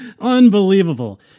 Unbelievable